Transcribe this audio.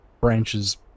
branches